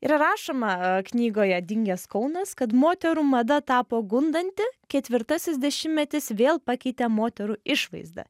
ir rašoma knygoje dingęs kaunas kad moterų mada tapo gundanti ketvirtasis dešimtmetis vėl pakeitė moterų išvaizdą